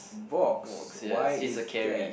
Vox why is that